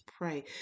pray